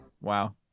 wow